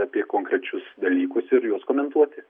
apie konkrečius dalykus ir juos komentuoti